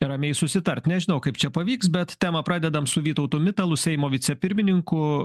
ramiai susitart nežinau kaip čia pavyks bet temą pradedam su vytautu mitalu seimo vicepirmininku